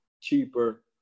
cheaper